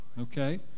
Okay